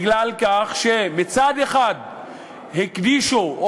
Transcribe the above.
מפני שמצד אחד הקדישו,